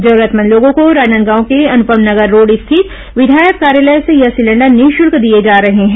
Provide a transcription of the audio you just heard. जरूरतमंद लोगों को राजनांदगांव के अनुपम नगर रोड स्थित विधायक कार्यालय से यह सिलेंडर निःशल्क दिए जा रहे हैं